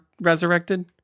resurrected